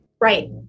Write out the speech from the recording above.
right